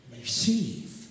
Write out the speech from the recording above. receive